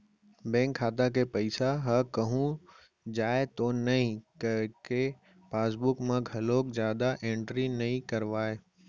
bank खाता के पइसा ह कहूँ जाए तो नइ करके पासबूक म घलोक जादा एंटरी नइ करवाय